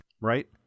right